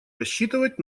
рассчитывать